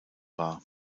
war